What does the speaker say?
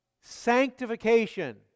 sanctification